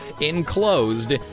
enclosed